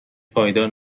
پایدار